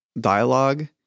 dialogue